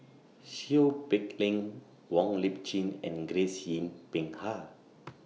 Seow Peck Leng Wong Lip Chin and Grace Yin Peck Ha